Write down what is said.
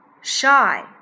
shy